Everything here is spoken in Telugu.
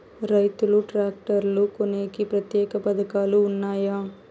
రైతులు ట్రాక్టర్లు కొనేకి ప్రత్యేక పథకాలు ఉన్నాయా?